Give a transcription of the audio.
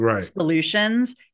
solutions